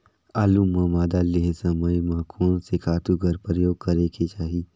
आलू ल मादा देहे समय म कोन से खातु कर प्रयोग करेके चाही?